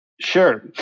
Sure